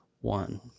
one